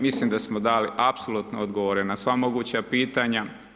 Mislim da smo dali apsolutno odgovore na sva moguća pitanja.